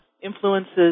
influences